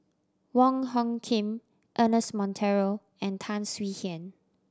Wong Hung Khim Ernest Monteiro and Tan Swie Hian